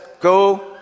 go